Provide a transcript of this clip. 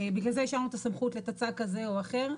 בגלל זה השארנו את הסמכות לטצ"ג כזה או אחר.